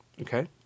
Okay